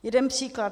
Jeden příklad.